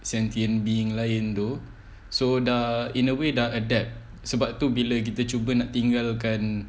sentient being lain though so dah in a way dah adapt sebab tu bila kita cuma nak tinggalkan